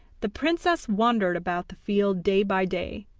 the princess wandered about the field day by day,